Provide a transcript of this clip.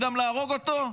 וגם להרוג אותו,